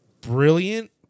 brilliant